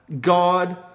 God